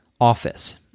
office